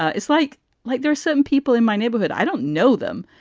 ah it's like like there are some people in my neighborhood. i don't know them,